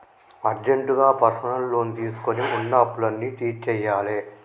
అర్జెంటుగా personal loan తీసుకొని వున్న అప్పులన్నీ తీర్చేయ్యాలే